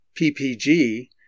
PPG